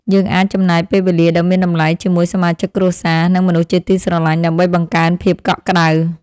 យើងអាចចំណាយពេលវេលាដ៏មានតម្លៃជាមួយសមាជិកគ្រួសារ និងមនុស្សជាទីស្រឡាញ់ដើម្បីបង្កើនភាពកក់ក្តៅ។